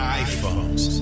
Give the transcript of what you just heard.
iPhones